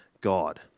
God